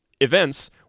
Events